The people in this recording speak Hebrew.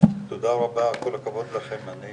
תודה רבה, כל הכבוד לכם אני